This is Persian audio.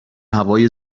هوای